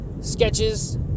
sketches